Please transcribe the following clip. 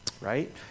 Right